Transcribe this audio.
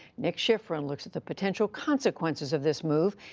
nick schifrin looks at the potential consequences of this move,